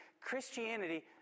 Christianity